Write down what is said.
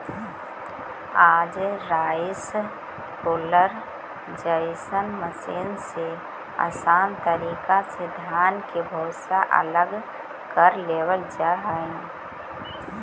आज rice huller जइसन machine से आसान तरीका से धान के भूसा अलग कर लेवल जा हई